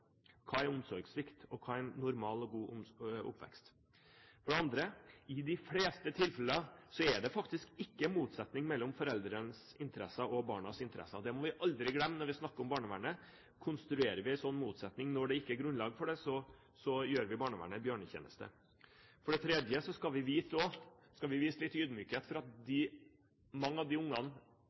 Hva er omsorgssvikt, og hva er en normal og god oppvekst? For det andre: I de fleste tilfeller er det faktisk ikke en motsetning mellom foreldrenes interesser og barnas interesser. Det må vi aldri glemme når vi snakker om barnevernet. Konstruerer vi en sånn motsetning når det ikke er grunnlag for det, gjør vi barnevernet en bjørnetjeneste. For det tredje skal vi vise litt ydmykhet for at altfor mange av de